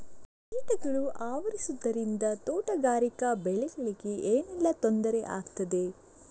ಕೀಟಗಳು ಆವರಿಸುದರಿಂದ ತೋಟಗಾರಿಕಾ ಬೆಳೆಗಳಿಗೆ ಏನೆಲ್ಲಾ ತೊಂದರೆ ಆಗ್ತದೆ?